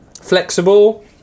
flexible